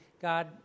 God